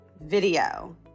video